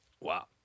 Wow